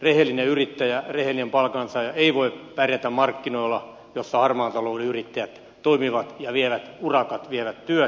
rehellinen yrittäjä rehellinen palkansaaja ei voi pärjätä markkinoilla joilla harmaan talouden yrittäjät toimivat ja vievät urakat vievät työt